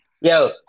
Yo